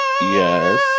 Yes